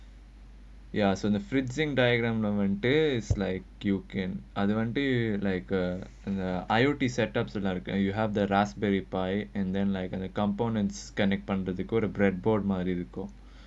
ya so the freezing diagram வந்து:vanthu is like you can அது வந்து:athu vanthu like uh and uh I_O_T set up again you have the raspberry pie and then like the components connect பண்றதுக்கு:pandrathukku the blackboard மாரி இருக்கும்:maari irukkum